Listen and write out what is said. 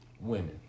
women